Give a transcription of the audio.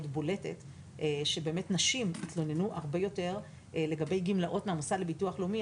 בולטת שנשים התלוננו הרבה יותר לגבי גמלאות מהמוסד לביטוח לאומי.